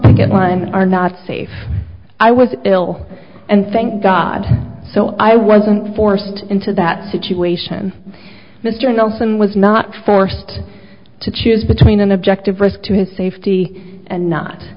picket line are not safe i was ill and thank god so i wasn't forced into that situation mr nelson was not forced to choose between an objective risk to his safety and not